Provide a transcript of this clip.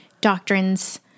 doctrines